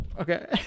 Okay